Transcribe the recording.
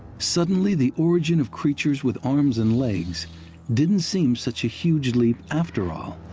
suddenly the origin of creatures with arms and legs didn't seem such a huge leap after all.